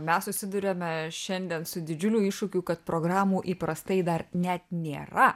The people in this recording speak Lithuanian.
mes susiduriame šiandien su didžiuliu iššūkiu kad programų įprastai dar net nėra